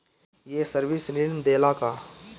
ये सर्विस ऋण देला का?